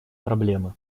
проблемы